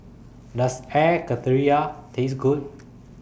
Does Air Karthira Taste Good